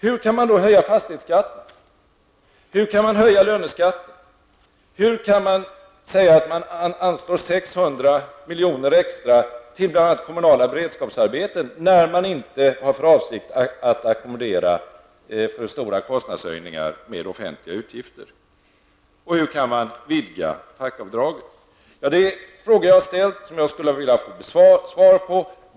Hur kan man då höja fastighetsskatten? Hur kan man höja löneskatten? Hur kan man säga att man anslår 600 miljoner extra till bl.a. kommunala beredskapsarbeten, när man inte har för avsikt att ackommondera stora kostnadshöjningar med offentliga utgifter? Och hur kan man vidga fackavdragen? Det är frågor som jag ställt och skulle vilja ha svar på.